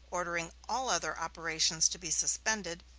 ordering all other operations to be suspended,